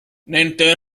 nende